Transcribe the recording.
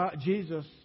Jesus